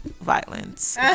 violence